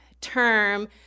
term